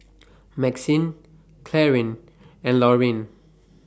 Maxine Clarine and Lorine